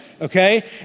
Okay